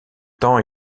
temps